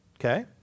okay